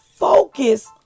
Focus